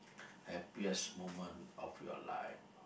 happiest moment of your life